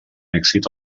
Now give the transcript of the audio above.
èxit